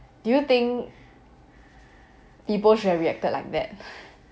do you think people should have reacted like that